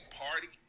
party